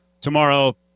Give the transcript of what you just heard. tomorrow